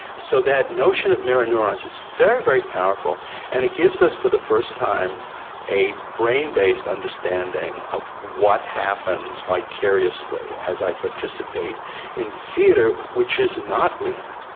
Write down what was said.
so that notion of mirror neurons is very, very powerful and it gives us for the first time a brain-based understanding of what happens vicariously as i participate in theatre which is not real,